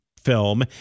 film